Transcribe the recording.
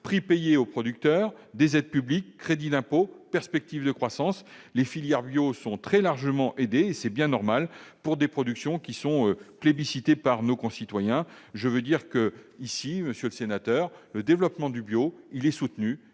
Prix payés aux producteurs, aides publiques, crédit d'impôt, perspectives de croissance : les filières biologiques sont très largement soutenues, et c'est bien normal pour des productions qui sont plébiscitées par nos concitoyens. Monsieur le sénateur, le développement du bio est l'une